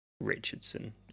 Richardson